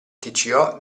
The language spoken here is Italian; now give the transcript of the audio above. tco